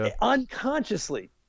Unconsciously